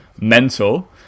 Mental